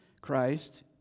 Christ